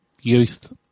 youth